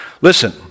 Listen